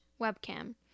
Webcam